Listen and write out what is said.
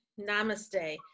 namaste